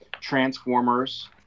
Transformers